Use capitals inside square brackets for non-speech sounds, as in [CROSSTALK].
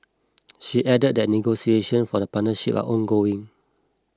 [NOISE] she added that negotiation for the partnership are ongoing